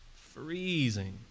freezing